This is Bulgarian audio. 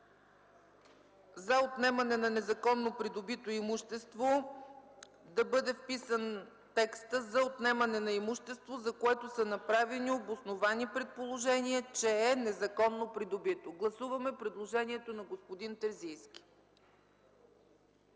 „за отнемане на незаконно придобито имущество” да бъде вписан текста „за отнемане на имущество, за което са направени обосновани предположения, че е незаконно придобито”. Гласуваме предложението на господин Терзийски.